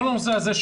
כל הנושא הזה,